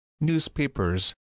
newspapers